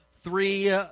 three